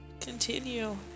continue